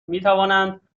میتوانند